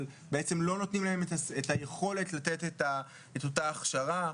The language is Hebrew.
אבל בעצם לא נותנים להם את היכולת לתת את אותה הכשרה.